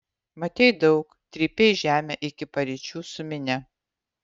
matei daug trypei žemę iki paryčių su minia